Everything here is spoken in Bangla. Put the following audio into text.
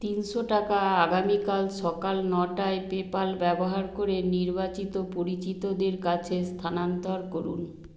তিনশো টাকা আগামীকাল সকাল নটায় পেপ্যাল ব্যবহার করে নির্বাচিত পরিচিতদের কাছে স্থানান্তর করুন